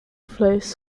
flows